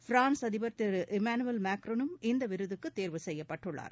France அதிபர் திரு Emmanuel மேன்ரானும் இந்த விருதுக்கு தேர்வு செய்யப்பட்டுள்ளார்